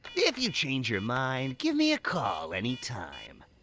if you change your mind, give me a call anytime.